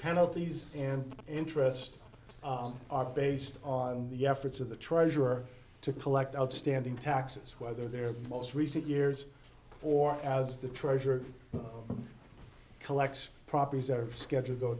penalties and interest are based on the efforts of the treasurer to collect outstanding taxes whether their most recent years or as the treasury collects properties that are scheduled go